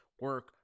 Work